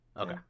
Okay